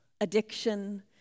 addiction